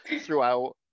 throughout